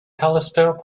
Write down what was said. telescope